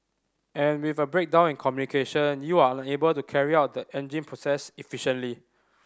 and with a breakdown in communication you are unable to carry out the engine process efficiently